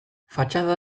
fatxada